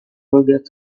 forget